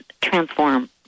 transform